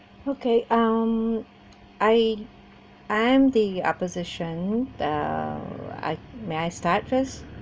okay um I I'm the opposition uh I may I start first